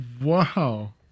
Wow